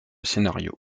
scénarios